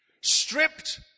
Stripped